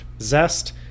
Zest